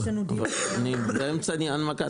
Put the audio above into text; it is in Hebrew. הגשתם רביזיה.